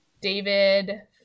David